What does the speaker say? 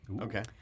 Okay